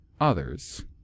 others